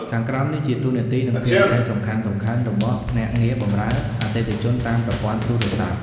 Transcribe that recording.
ខាងក្រោមនេះជាតួនាទី និងភារកិច្ចសំខាន់ៗរបស់ភ្នាក់ងារបម្រើអតិថិជនតាមប្រព័ន្ធទូរស័ព្ទ ៖